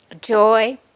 Joy